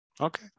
okay